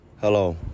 Hello